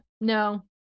No